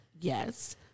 Yes